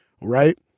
right